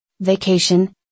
Vacation